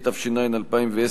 התשע"א 2010,